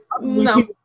No